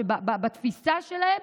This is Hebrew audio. שבתפיסה שלהם,